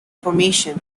formation